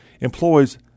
employs